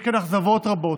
יש כאן אכזבות רבות,